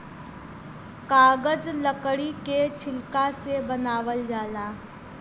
कागज लकड़ी के छिलका से बनावल जाला